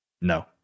No